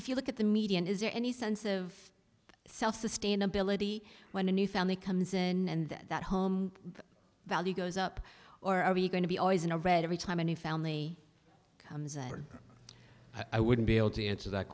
if you look at the median is there any sense of self sustainability when a new family comes in and that home value goes up or are you going to be always in a red every time a new family comes in i wouldn't be able to answer that